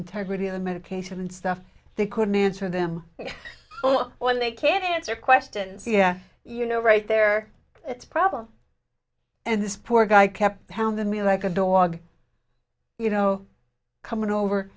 integrity of the medication and stuff they couldn't answer them oh well they can't answer questions yeah you know right there it's problems and this poor guy kept hounding me like a dog you know coming over